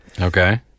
Okay